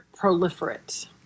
proliferate